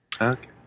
Okay